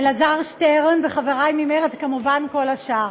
אלעזר שטרן וחברי ממרצ, וכמובן כל השאר.